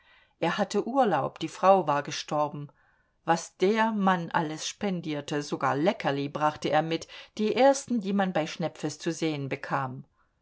er hatte urlaub die frau war gestorben was der mann alles spendierte sogar leckerli brachte er mit die ersten die man bei schnepfes zu sehen bekam